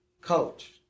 coach